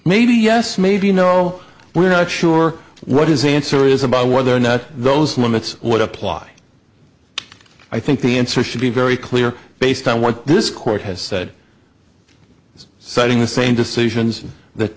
maybe yes maybe no we're not sure what his answer is about whether or not those limits would apply i think the answer should be very clear based on what this court has said citing the same decisions that